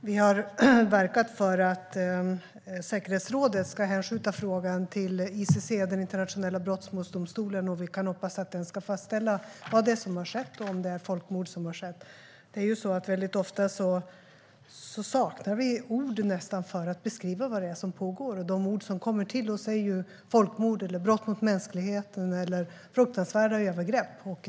Herr talman! Vi har verkat för att säkerhetsrådet ska hänskjuta frågan till ICC, den internationella brottmålsdomstolen. Vi kan hoppas att den ska fastställa vad det är som har skett och om det är ett folkmord. Väldigt ofta saknar vi nästan ord för att beskriva vad som pågår. De ord som kommer till oss är folkmord, brott mot mänskligheten eller fruktansvärda övergrepp.